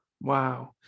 Wow